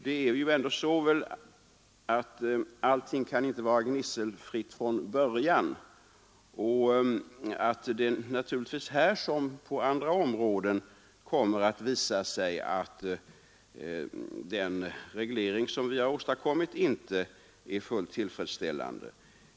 Det är väl ändå så, herr Wijkman, att inte allting kan vara gnisselfritt från början och att det naturligtvis här, som på andra områden, kommer att visa sig att den reglering vi har åstadkommit inte är fullt tillfredsställande.